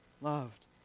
loved